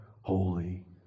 holy